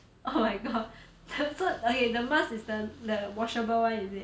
oh my god so so okay the mask is the the washable [one] is it